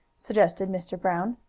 suggested mr. brown.